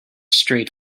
straight